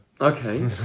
okay